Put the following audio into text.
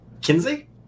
Kinsey